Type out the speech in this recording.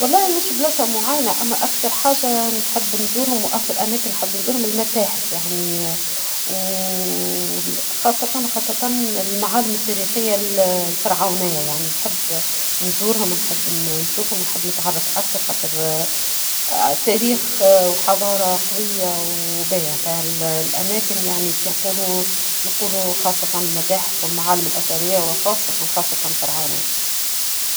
والله مش بلاصة معينة أما أكثر حاجة نحب نزورهم وأكثر أماكن نحب نزورهم المتاحف يعني ،خاصة المعالم التاريخية الفرعونية يعني نحب نزورهم نحب نشوفهم نحب نتعرف أكثر خاطر تاريخ حضارة قوية وباهية فالأماكن يعني كي نقولوا نقولوا خاصة المتاحف والمعالم الأثرية وخاصة خاصة الفرعونية